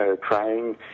crying